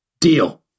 Deal